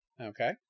Okay